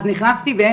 נכנסתי באמצע,